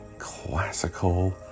Classical